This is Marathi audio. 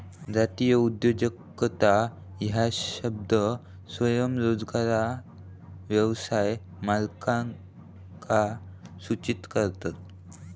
जातीय उद्योजकता ह्यो शब्द स्वयंरोजगार व्यवसाय मालकांका सूचित करता